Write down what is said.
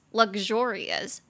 luxurious